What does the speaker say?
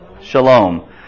Shalom